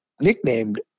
nicknamed